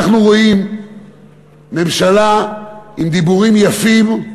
אנחנו רואים ממשלה עם דיבורים יפים,